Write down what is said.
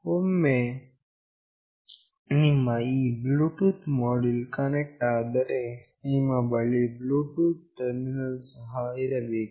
ಒಮ್ಮೆ ನಿಮ್ಮ ಈ ಬ್ಲೂಟೂತ್ ಮೋಡ್ಯುಲ್ ಕನೆಕ್ಟ್ ಆದರೆ ನಿಮ್ಮ ಬಳಿ ಬ್ಲೂಟೂತ್ ಟರ್ಮಿನಲ್ ಸಹ ಇರಬೇಕು